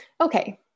Okay